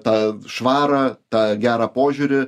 tą švarą tą gerą požiūrį